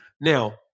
Now